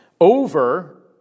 Over